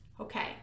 Okay